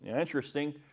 Interesting